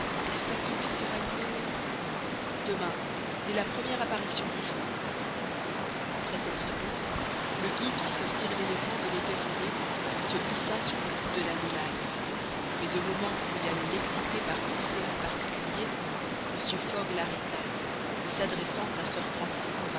et ce sacrifice aura lieu demain dès la première apparition du jour après cette réponse le guide fit sortir l'éléphant de l'épais fourré et se hissa sur le cou de l'animal mais au moment où il allait l'exciter par un sifflement particulier mr fogg l'arrêta et s'adressant à sir francis